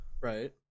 Right